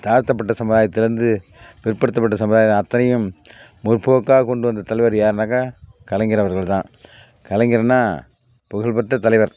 தாழ்த்தப்பட்ட சமுதாயத்திலிருந்து பிற்படுத்தப்பட்ட சமுதாய அத்தனையும் முற்போக்காக கொண்டு வந்த தலைவர் யாருன்னாக்கால் கலைஞர் அவர்கள் தான் கலைஞர்னால் புகழ் பெற்ற தலைவர்